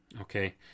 Okay